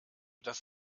das